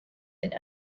and